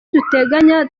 duteganya